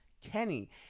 Kenny